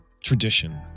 Tradition